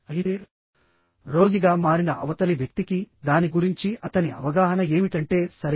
అయితే రోగిగా మారిన అవతలి వ్యక్తికి దాని గురించి అతని అవగాహన ఏమిటంటే సరే